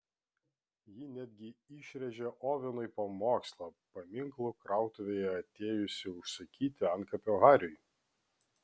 ji netgi išrėžė ovenui pamokslą paminklų krautuvėje atėjusi užsakyti antkapio hariui